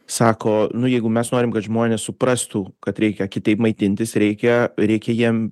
sako nu jeigu mes norim kad žmonės suprastų kad reikia kitaip maitintis reikia reikia jiem